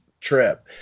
trip